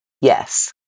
yes